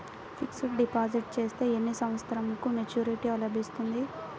Fixed deposit చేస్తే ఎన్ని సంవత్సరంకు మెచూరిటీ లభిస్తుంది?